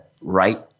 right